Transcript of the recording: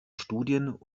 studien